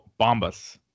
Bombas